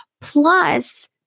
Plus